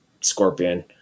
Scorpion